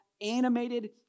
animated